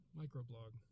microblog